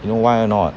you know why or not